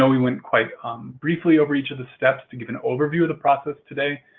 ah we went quite briefly over each of the steps to give an overview of the process today,